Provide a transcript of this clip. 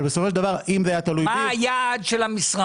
אבל בסופו של דבר אם זה היה תלוי בי --- מה היעד של המשרד?